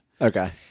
Okay